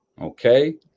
Okay